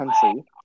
country